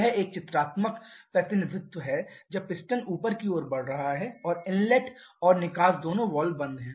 यह एक चित्रात्मक प्रतिनिधित्व है जब पिस्टन ऊपर की ओर बढ़ रहा है और इनलेट और निकास दोनों वाल्व बंद हैं